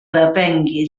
depengui